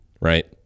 right